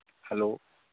hello